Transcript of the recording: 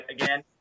again